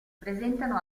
presentano